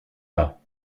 pas